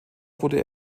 wurde